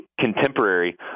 contemporary